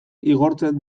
igortzen